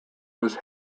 was